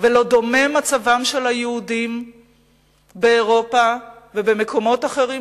ולא דומה מצבם של היהודים באירופה ובמקומות אחרים